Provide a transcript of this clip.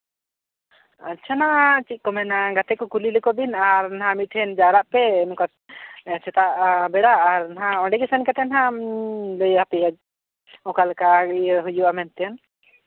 ᱟᱪᱪᱷᱟ ᱱᱚᱣᱟ ᱪᱮᱫ ᱠᱚ ᱢᱮᱱᱟ ᱜᱟᱛᱮ ᱠᱚ ᱠᱩᱞᱤ ᱞᱮᱠᱚ ᱵᱤᱱ ᱟᱨ ᱱᱟᱦᱟᱸᱜ ᱢᱤᱫ ᱴᱷᱮᱱ ᱡᱟᱣᱨᱟᱜ ᱯᱮ ᱥᱮᱛᱟᱜ ᱵᱮᱲᱟ ᱟᱨ ᱱᱟᱦᱟᱸᱜ ᱚᱸᱰᱮ ᱜᱮ ᱮᱱ ᱠᱟᱛᱮ ᱱᱟᱦᱟᱸᱜ ᱤᱧ ᱞᱟᱹᱭ ᱟᱯᱮᱭᱟᱹᱧ ᱚᱠᱟ ᱞᱮᱠᱟ ᱤᱭᱟᱹ ᱦᱩᱭᱩᱜᱼᱟ ᱢᱮᱱᱛᱮ